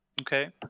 okay